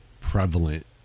prevalent